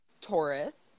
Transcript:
Taurus